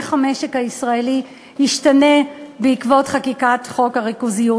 איך המשק הישראלי ישתנה בעקבות חקיקת חוק הריכוזיות,